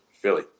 Philly